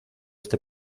este